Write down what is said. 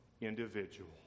individual